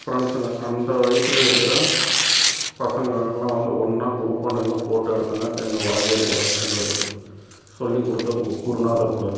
ஃப்ரண்ட்ஸுங்க அந்த வயசில் இருக்கிற பசங்களெல்லாம் வந்து ஒன்றா குரூப்பாக நின்று ஃபோட்டோ எடுத்தோங்க எங்கள் வாத்தியார் கூட எங்களுக்கு சொல்லிக் கொடுத்த கு குருநாதர் கூட